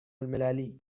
المللی